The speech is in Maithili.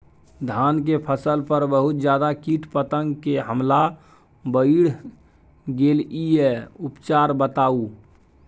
धान के फसल पर बहुत ज्यादा कीट पतंग के हमला बईढ़ गेलईय उपचार बताउ?